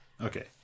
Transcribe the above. Okay